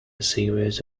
series